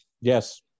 yes